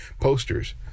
posters